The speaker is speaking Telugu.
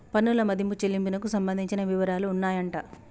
పన్నుల మదింపు చెల్లింపునకు సంబంధించిన వివరాలు ఉన్నాయంట